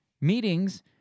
meetings